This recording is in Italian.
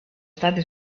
stati